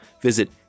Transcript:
visit